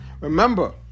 Remember